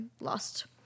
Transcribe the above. lost